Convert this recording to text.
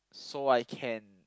so I can